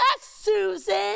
Susan